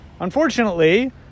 Unfortunately